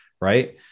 Right